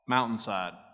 Mountainside